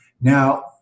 Now